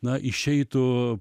na išeitų